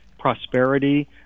prosperity